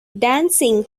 dancing